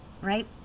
right